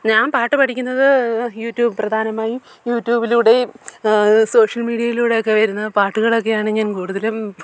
ഞാൻ പട്ടു പഠിക്കുന്നത് യുട്യൂബ് പ്രധാനമായും യുട്യൂബിലൂടെയും സോഷ്യൽ മീഡിയയിലൂടെയൊക്കെ വരുന്ന പാട്ടുകളൊക്കെയാണ് ഞാൻ കൂടുതലും